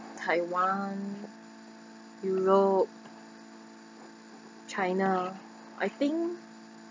taiwan europe china I think